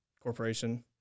corporation